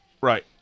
Right